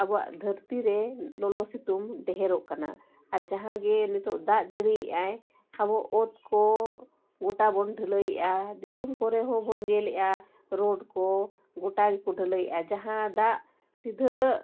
ᱟᱵᱚᱣᱟᱜ ᱫᱷᱟᱹᱨᱛᱤ ᱨᱮ ᱞᱚᱞᱚ ᱥᱤᱛᱩᱝ ᱰᱷᱮᱨᱚᱜ ᱠᱟᱱᱟ ᱟᱨ ᱡᱟᱦᱟᱸ ᱜᱮ ᱱᱤᱛᱳᱜ ᱫᱟᱜ ᱡᱟᱹᱲᱤᱭᱮᱜ ᱟᱭ ᱟᱵᱚ ᱚᱛ ᱠᱚ ᱜᱚᱴᱟ ᱵᱚᱱ ᱰᱷᱟᱹᱞᱟᱹᱭᱮᱜᱼᱟ ᱫᱤᱥᱚᱢ ᱠᱚᱨᱮ ᱦᱚᱸᱵᱚᱱ ᱧᱮᱞᱮᱜᱼᱟ ᱨᱳᱰ ᱠᱚ ᱜᱚᱴᱟ ᱜᱮᱠᱚ ᱰᱷᱟᱹᱞᱟᱹᱭᱮᱜᱼᱟ ᱡᱟᱦᱟᱸ ᱫᱟᱜ ᱥᱤᱫᱷᱟᱹ